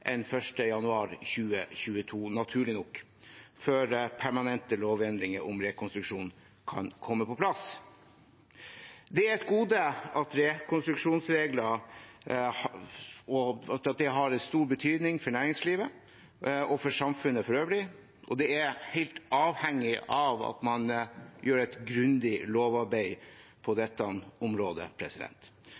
enn til 1. januar 2022, naturlig nok, før permanente lovendringer om rekonstruksjon kan komme på plass. Gode rekonstruksjonsregler har stor betydning for næringslivet og samfunnet for øvrig, og det er helt nødvendig at man gjør et grundig lovarbeid på dette området.